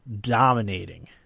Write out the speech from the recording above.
dominating